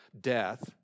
death